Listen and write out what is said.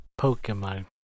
Pokemon